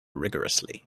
rigourously